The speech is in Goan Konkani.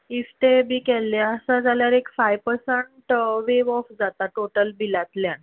इफ ते बी केल्ले आसा जाल्यार एक फायफ परसेंट वेव ऑफ जाता टोटल बीलातल्यान